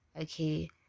okay